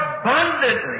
abundantly